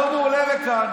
היום הוא עולה לכאן